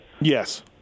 Yes